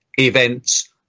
events